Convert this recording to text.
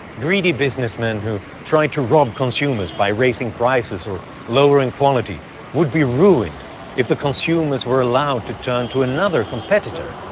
greedy businessmen who try to rob consumers by raising prices or lowering quality would be ruined if the consumers were allowed to turn to another competitor.